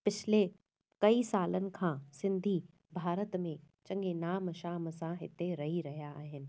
पिछले कई सालनि खां सिंधी भारत में चङे नाम शाम सां हिते रही रहिया आहिनि